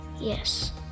Yes